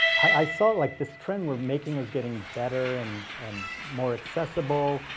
i saw like this trend where making was getting better and and more accessible.